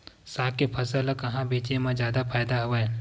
साग के फसल ल कहां बेचे म जादा फ़ायदा हवय?